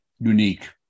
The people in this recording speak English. unique